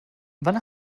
wann